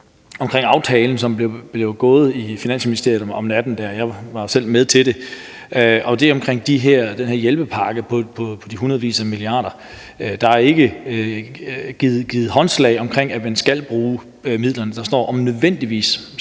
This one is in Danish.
om aftalen, som blev indgået i Finansministeriet om natten der. Jeg var jo selv med til det. Det er omkring den her hjælpepakke på de hundredvis af milliarder kroner. Der er ikke givet håndslag på, at man skal bruge midlerne. Der står, at man »om nødvendigt«